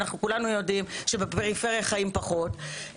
כולנו יודעים שבפריפריה חיים פחות,